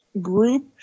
group